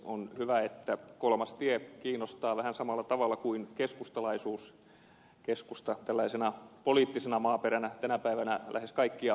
on hyvä että kolmas tie kiinnostaa vähän samalla tavalla kuin keskustalaisuus keskusta tällaisena poliittisena maaperänä tänä päivänä lähes kaikkia puolueita